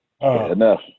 Enough